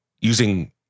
using